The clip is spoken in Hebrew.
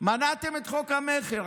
מנעתם את חוק המכר.